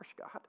God